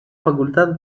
facultad